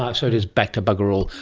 um so it is back to bugger all.